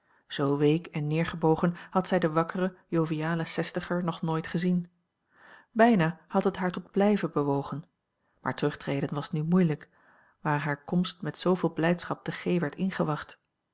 zoo week en neergebogen had zij den wakkeren jovialen zestiger nog nooit gezien bijna had het haar tot blijven bewogen maar terugtreden was nu moeilijk waar hare komst met zooveel blijdschap te g werd ingewacht